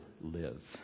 live